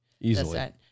Easily